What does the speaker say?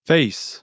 Face